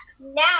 Now